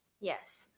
Yes